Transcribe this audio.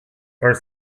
are